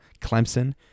Clemson